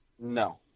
No